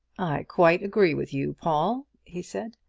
i quite agree with you, paul, he said.